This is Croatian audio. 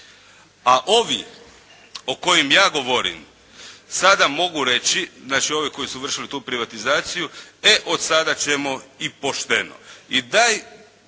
A ovi, o kojim ja govorim, sada mogu reći, znači ovi koji su vršili tu privatizaciju, e od sada ćemo i pošteno.